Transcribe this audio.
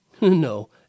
No